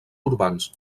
urbans